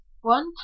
one